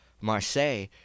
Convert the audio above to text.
Marseille